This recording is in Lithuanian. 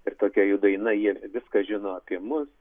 ir tokia jų daina jie viską žino apie mus